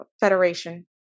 federation